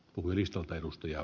läpi taantuman